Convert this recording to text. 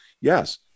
Yes